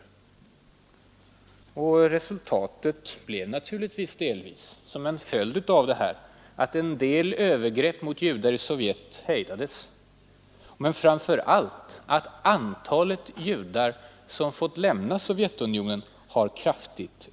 Resultatet blev naturligtvis och delvis var det en följd av opinionsbildningen — att en del övergrepp mot judar i Sovjet hejdades, men framför allt att antalet judar som fått lämna Sovjetunionen har ökat kraftigt.